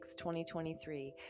2023